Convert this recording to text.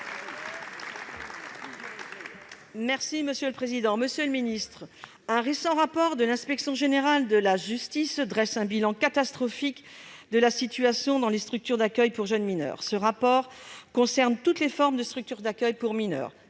Monsieur le garde des sceaux, un rapport récent de l'inspection générale de la justice dresse un bilan catastrophique de la situation dans les structures d'accueil pour jeunes mineurs. Ce rapport concerne toutes les formes de structures d'accueil pour mineurs